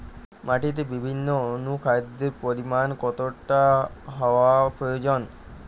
মাটিতে বিভিন্ন অনুখাদ্যের পরিমাণ কতটা হওয়া প্রয়োজন?